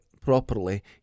properly